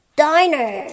diner